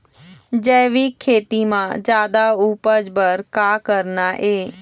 जैविक खेती म जादा उपज बर का करना ये?